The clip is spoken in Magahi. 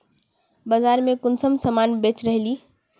बाजार में कुंसम सामान बेच रहली?